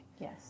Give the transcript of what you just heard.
Yes